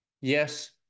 Yes